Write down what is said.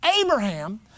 Abraham